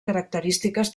característiques